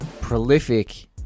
prolific